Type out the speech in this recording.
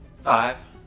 five